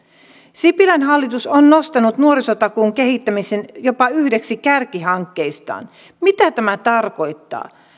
sipilän hallitus on nostanut nuorisotakuun kehittämisen jopa yhdeksi kärkihankkeistaan mitä tämä tarkoittaa